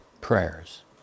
prayers